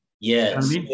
Yes